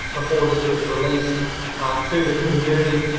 before this was released to the community.